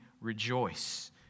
rejoice